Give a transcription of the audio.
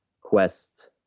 Quest